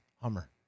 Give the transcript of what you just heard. Hummer